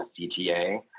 CTA